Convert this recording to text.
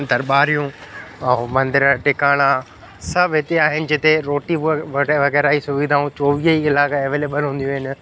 दरबारियूं ऐं मंदिर टिकाणा सभु हिते आहिनि जिते रोटी व वग़ैरह जी सुविधाऊं चोवीह कलाक एवेलेबल हूंदियूं आहिनि